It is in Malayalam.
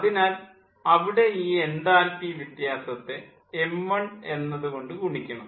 അതിനാൽ അവിടെ ഈ എൻതാൽപ്പി വ്യത്യാസത്തെ m1 എന്നതു കൊണ്ട് ഗുണിക്കണം